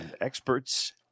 Experts